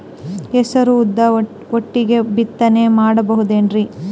ಹೆಸರು ಉದ್ದು ಒಟ್ಟಿಗೆ ಬಿತ್ತನೆ ಮಾಡಬೋದೇನ್ರಿ?